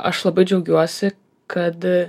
aš labai džiaugiuosi kad